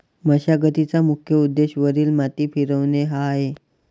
मशागतीचा मुख्य उद्देश वरील माती फिरवणे हा आहे